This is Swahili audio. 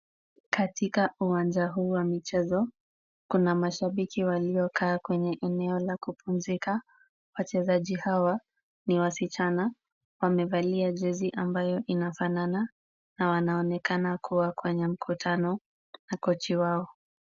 Katika uwanja huu wa michezo kuna mashabiki waliokaa kwenye eneo la kupumzika. Wachezaji hawa ni wasichana wamevalia jezi ambayo inafanana na wanaonekana kuwa kwenye mkutano na kochi wao.